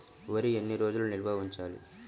వరి ఎన్ని రోజులు నిల్వ ఉంచాలి?